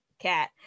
Cat